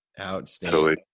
Outstanding